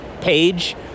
page